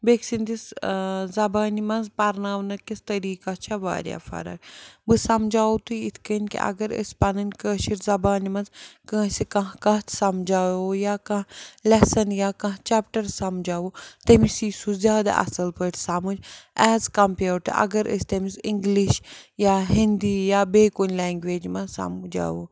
بیٚکۍ سٕنٛدِس زبانہِ منٛز پَرناونہٕ کِس طٔریٖقَس چھےٚ واریاہ فرق بہٕ سَمجھاوو تُہۍ یِتھ کٔنۍ کہِ اَگر أسۍ پَنٕنۍ کٲشِرۍ زبانہِ منٛز کٲنٛسہِ کانٛہہ کَتھ سَمجھاوو یا کانٛہہ لٮ۪سَن یا کانٛہہ چٮ۪پٹَر سَمجھاوو تٔمِس یی سُہ زیادٕ اَصٕل پٲٹھۍ سَمٕجھ ایز کَمپِیٲڈ ٹُہ اگر أسۍ تٔمِس اِنٛگلِش یا ہِنٛدی یا بیٚیہِ کُنہِ لٮ۪نٛگویج منٛز سَمجھاوو